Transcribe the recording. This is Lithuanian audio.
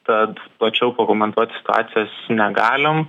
tad plačiau pakomentuot situacijos negalim